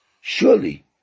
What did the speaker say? surely